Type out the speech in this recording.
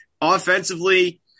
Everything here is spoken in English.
Offensively